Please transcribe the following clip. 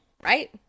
right